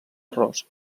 arròs